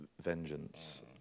vengeance